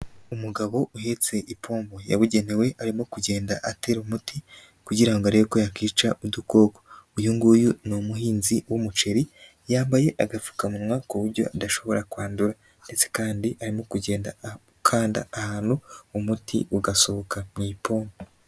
Umugabo uhetse ipomo yabugenewe arimo kugenda atera umuti kugira arebe yakica udukoko. Uyu nguyu ni umuhinzi w'umuceri, yambaye agapfukamunwa kuburyo adashobora kwandura, ndetse kandi arimo kugenda akanda ahantu umuti ugasohoka mu ipompo.